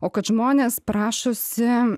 o kad žmonės prašosi